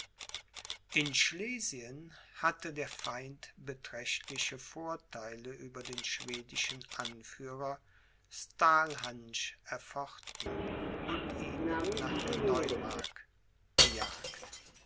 in schlesien hatte der feind beträchtliche vortheile über den schwedischen anführer stalhantsch erfochten und ihn nach der neumark gejagt